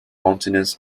mountainous